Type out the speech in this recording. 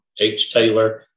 htaylor